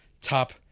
top